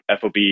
FOB